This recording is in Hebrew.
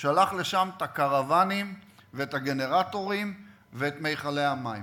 שלח לשם את הקרוונים ואת הגנרטורים ואת מכלי המים.